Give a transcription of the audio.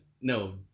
no